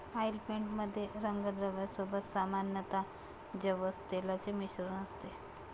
oil paint मध्ये रंगद्रव्या सोबत सामान्यतः जवस तेलाचे मिश्रण असते